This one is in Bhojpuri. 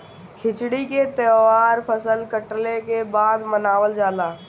खिचड़ी के तौहार फसल कटले के बाद मनावल जाला